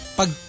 pag